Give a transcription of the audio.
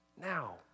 now